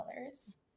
colors